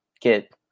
get